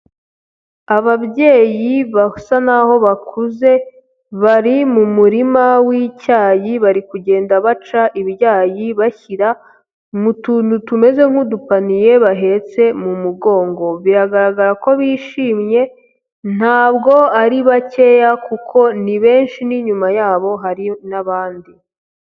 Ababyeyi basa n'aho bakuze bari mu murima w'icyayi, bari kugenda baca ibyayi bashyira mu tuntu tumeze nk'udupaniye bahetse mu mugongo, biragaragara ko bishimye ntabwo ari bakeya kuko ni benshi n'inyuma yabo hari n'abandi.